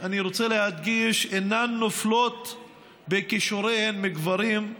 אני רוצה להדגיש, אינן נופלות בכישוריהן מגברים.